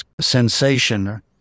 sensation